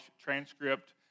transcript